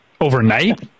overnight